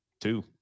two